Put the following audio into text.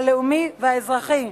הלאומי והאזרחי.